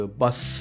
bus